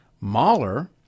Mahler